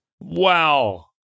Wow